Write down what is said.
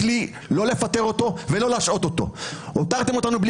ברורה לפרוטוקול שבקשות הוועדה שנוסחו במכתב שהופנה